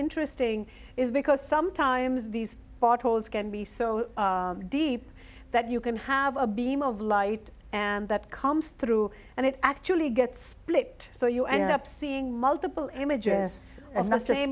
interesting is because sometimes these bottles can be so deep that you can have a beam of light and that comes through and it actually gets split so you end up seeing multiple images of not say